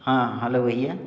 हाँ हलो भैया